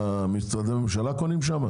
משרדי ממשלה קונים שם?